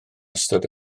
ystod